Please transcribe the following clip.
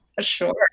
sure